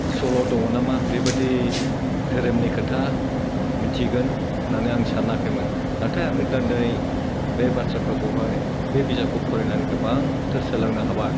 सल' दङ ना मा बेबायदि धोरोमनि खोथा मिथिगोन होनानै आं सानाखैमोन नाथाय आङो दोनै बे बाथ्राफोरखौहाय बे बिजाबखौ फरायनानै गोबांथार सोलोंनो हाबाय